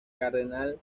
cardenal